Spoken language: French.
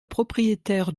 propriétaire